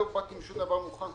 לא באתי עם שום דבר מוכן.